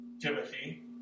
Timothy